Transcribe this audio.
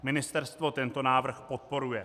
Ministerstvo tento návrh podporuje.